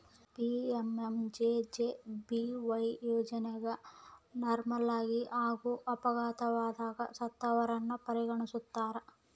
PMMJJBY ಯೋಜನೆಗ ನಾರ್ಮಲಾಗಿ ಹಾಗೂ ಅಪಘಾತದಗ ಸತ್ತವರನ್ನ ಪರಿಗಣಿಸ್ತಾರ